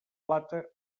plata